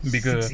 bigger